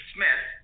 Smith